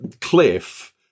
cliff